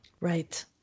Right